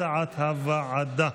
כהצעת הוועדה.